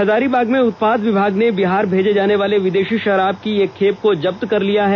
हजारीबाग में उत्पाद विभाग ने बिहार भेजे जानेवाले विदेषी शराब की एक खेप को जब्त किया है